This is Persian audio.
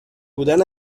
بودن